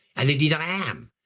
and indeed i am.